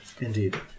Indeed